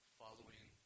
following